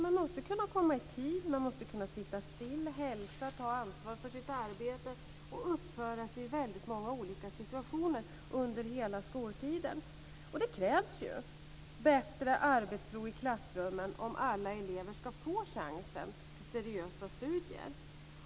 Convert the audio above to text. Man måste kunna komma i tid, man måste kunna sitta still, hälsa, ta ansvar för sitt arbete och uppföra sig i väldigt många olika situationer under hela skoltiden. Det krävs ju bättre arbetsro i klassrummen om alla elever ska få chansen till seriösa studier.